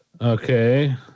Okay